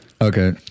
Okay